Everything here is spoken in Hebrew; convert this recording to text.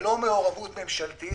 ללא מעורבות ממשלתית,